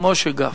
משה גפני,